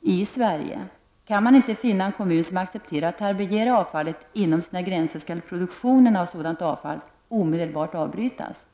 i Sverige. Kan man inte finna en kommun som accepterar att härbergera avfallet inom sina gränser, skall produktionen av sådant avfall omedelbart avbrytas.